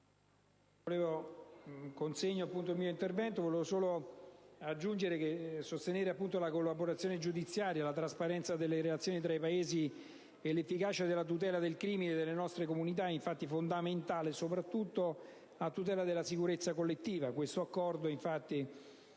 a ratificare questo Accordo. Sostenere la collaborazione giudiziaria, la trasparenza delle relazioni tra i Paesi e l'efficacia della tutela dal crimine delle nostre comunità è infatti fondamentale soprattutto a tutela della sicurezza collettiva.